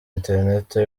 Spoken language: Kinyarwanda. interinete